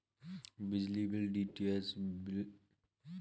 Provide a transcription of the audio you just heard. बिजली bill, DTH broadband bill आदि bill UPI माध्यम से भरे जा सकते हैं